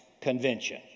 convention